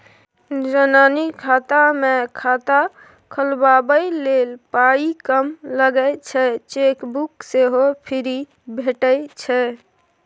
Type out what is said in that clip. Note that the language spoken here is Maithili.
जनानी खाता मे खाता खोलबाबै लेल पाइ कम लगै छै चेकबुक सेहो फ्री भेटय छै